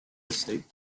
state